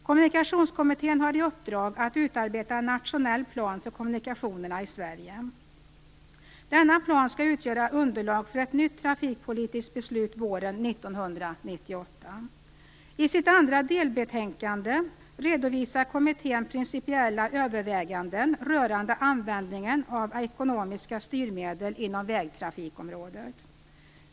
Kommunikationskommittén har i uppdrag att utarbeta en nationell plan för kommunikationerna i Sverige. Denna plan skall utgöra underlag för ett nytt trafikpolitiskt beslut våren 1998. I sitt andra delbetänkande redovisar kommittén principiella överväganden rörande användningen av ekonomiska styrmedel inom vägtrafikområdet.